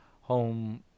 Home